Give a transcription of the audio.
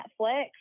Netflix